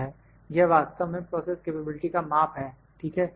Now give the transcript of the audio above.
यह वास्तव में प्रोसेस वेरीएबिलिटी का माप है ठीक है